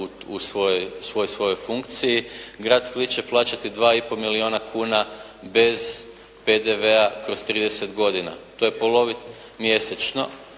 u svojoj funkciji, grad Split će plaćati 2,5 milijuna kuna bez PDV-a kroz 30 godina mjesečno